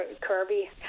Kirby